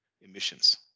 emissions